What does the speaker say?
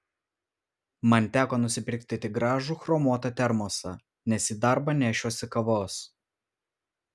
man teko nusipirkti tik gražų chromuotą termosą nes į darbą nešiuosi kavos